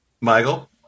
Michael